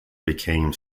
became